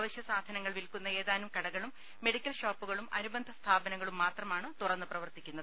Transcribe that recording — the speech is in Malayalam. അവശ്യ സാധനങ്ങൾ വിൽക്കുന്ന ഏതാനും കടകളും മെഡിക്കൽ ഷോപ്പുകളും അനുബന്ധ സ്ഥാപനങ്ങളും മാത്രമാണ് തുറന്ന് പ്രവർത്തിക്കുന്നത്